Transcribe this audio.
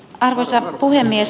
arvoisa puhemies